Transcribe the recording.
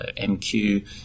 MQ